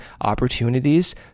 opportunities